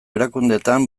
erakundeetan